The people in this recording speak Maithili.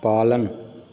पालन